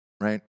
right